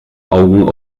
augen